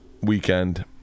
weekend